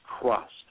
crust